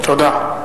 תודה.